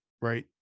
right